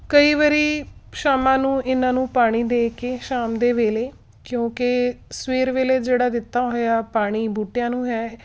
ਕਈ ਵਾਰੀ ਸ਼ਾਮਾਂ ਨੂੰ ਇਹਨਾਂ ਨੂੰ ਪਾਣੀ ਦੇ ਕੇ ਸ਼ਾਮ ਦੇ ਵੇਲੇ ਕਿਉਂਕਿ ਸਵੇਰ ਵੇਲੇ ਜਿਹੜਾ ਦਿੱਤਾ ਹੋਇਆ ਪਾਣੀ ਬੂਟਿਆਂ ਨੂੰ ਹੈ